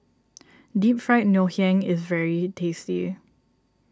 Deep Fried Ngoh Hiang is very tasty